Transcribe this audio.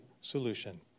solution